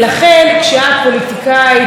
פוליטיקאית שאני מאוד מכבדת,